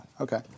Okay